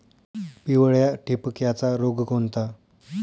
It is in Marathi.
पिवळ्या ठिपक्याचा रोग कोणता?